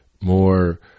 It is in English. More